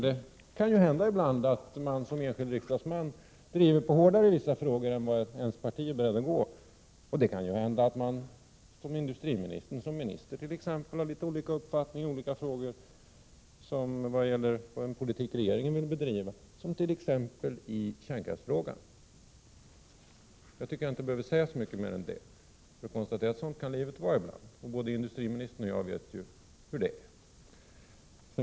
Det kan väl ibland hända att man som enskild riksdagsman driver på hårdare i vissa frågor än vad ens parti är berett att göra. Det kan väl också hända att man som minister har en annan uppfattning i olika frågor än den politik som regeringen vill bedriva — t.ex. i kärnkraftsfrågan. Jag tycker inte att man behöver säga så mycket mer än detta för att kunna konstatera att livet kan vara sådant ibland. Både industriministern och jag vet ju hur det är.